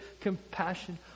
compassion